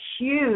huge